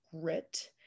grit